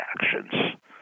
actions